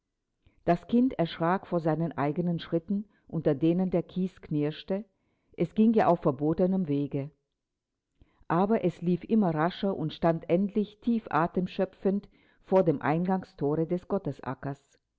das kind erschrak vor seinen eigenen schritten unter denen der kies knirschte es ging ja auf verbotenem wege aber es lief immer rascher und stand endlich tief atem schöpfend vor dem eingangsthore des gottesackers